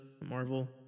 marvel